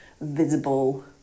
visible